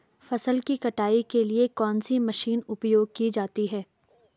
फसल की कटाई के लिए कौन सी मशीन उपयोग की जाती है?